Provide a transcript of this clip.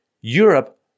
europe